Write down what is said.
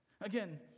Again